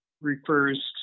refers